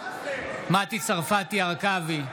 מטי צרפתי הרכבי,